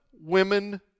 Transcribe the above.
women